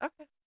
Okay